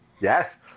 Yes